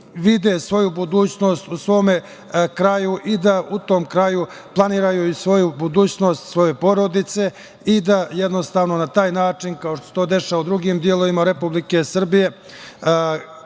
vide svoju budućnost u svom kraju i da u tom kraju planiraju i svoju budućnost, i budućnost svoje porodice i da jednostavno na taj način kao što se to dešava u drugim delovima Republike Srbije